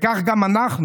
וכך גם אנחנו.